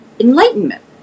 enlightenment